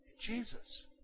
Jesus